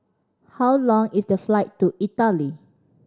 how long is the flight to Italy